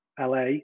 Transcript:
LA